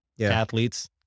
athletes